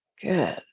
Good